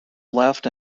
left